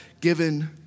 given